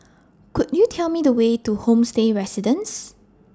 Could YOU Tell Me The Way to Homestay Residences